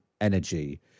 energy